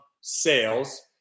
sales